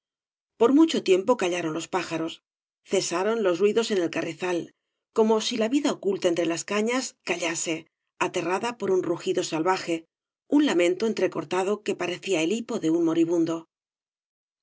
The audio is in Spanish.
por mucho tiempo callaron los pájaros cesaron ios ruidos en el carrizal como si la vida oculta entre ias cañas callase aterrada por un rugido salvaje un lamento entrecortado que parecía el hipo de un moribundo